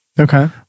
Okay